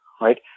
right